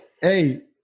hey